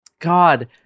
God